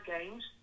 games